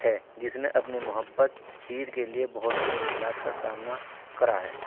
ہے جس نے اپنی محبت ہیر کے لیے بہت سی مشکلات کا سامنا کرا ہے